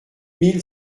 mille